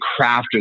crafted